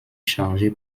chargé